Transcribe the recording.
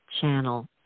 channel